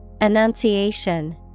Annunciation